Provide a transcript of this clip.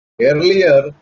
earlier